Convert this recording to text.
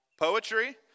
Poetry